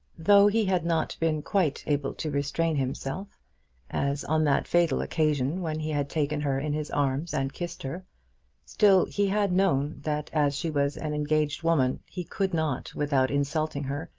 though he had not been quite able to restrain himself as on that fatal occasion when he had taken her in his arms and kissed her still he had known that as she was an engaged woman, he could not, without insulting her,